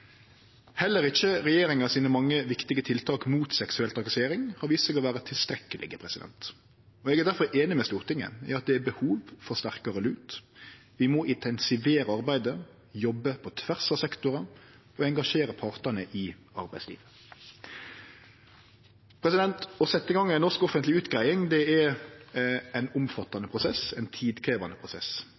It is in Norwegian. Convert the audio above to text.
Heller ikkje regjeringa sine mange viktige tiltak mot seksuell trakassering har vist seg å vere tilstrekkelege. Eg er difor einig med Stortinget i at det er behov for sterkare lut. Vi må intensivere arbeidet, jobbe på tvers av sektorar og engasjere partane i arbeidslivet. Å setje i gang ei norsk offentleg utgreiing er ein omfattande prosess og ein tidkrevjande prosess.